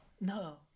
No